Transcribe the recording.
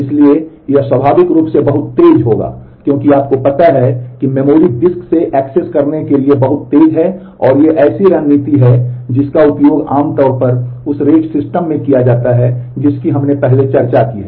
इसलिए यह स्वाभाविक रूप से बहुत तेज़ होगा क्योंकि आपको पता है कि मेमोरी डिस्क से एक्सेस करने के लिए बहुत तेज़ है और ये ऐसी रणनीति है जिसका उपयोग आमतौर पर उस रेट सिस्टम में किया जाता है जिसकी हमने पहले चर्चा की है